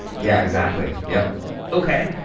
yeah, exactly. yup okay.